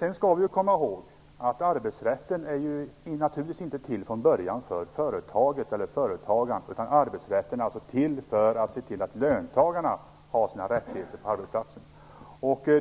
Vi skall komma ihåg att arbetsrätten naturligtvis inte från början var till för företaget eller företagaren, utan arbetsrätten är till för att se till att löntagarna har sina rättigheter på arbetsplatsen.